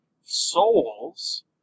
souls